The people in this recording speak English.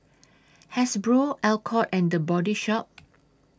Hasbro Alcott and The Body Shop